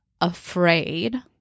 afraid